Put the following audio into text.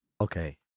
Okay